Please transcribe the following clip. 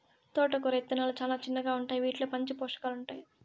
తోటకూర ఇత్తనాలు చానా చిన్నగా ఉంటాయి, వీటిలో మంచి పోషకాలు ఉంటాయి